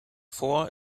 vor